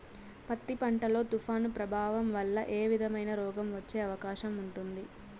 పత్తి పంట లో, తుఫాను ప్రభావం వల్ల ఏ విధమైన రోగం వచ్చే అవకాశం ఉంటుంది?